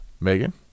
megan